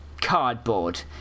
cardboard